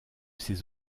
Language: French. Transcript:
ses